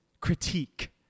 critique